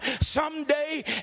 someday